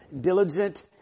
diligent